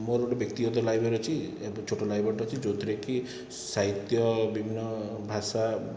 ମୋର ଗୋଟିଏ ବ୍ୟକ୍ତିଗତ ଲାଇବ୍ରେରୀ ଅଛି ଛୋଟ ଲାଇବ୍ରେରୀ ଟିଏ ଅଛି ଯେଉଁଥିରେ କି ସାହିତ୍ୟ ବିଭିନ୍ନ ଭାଷା